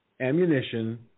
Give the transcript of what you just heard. ammunition